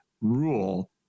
rule